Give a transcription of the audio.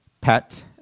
pet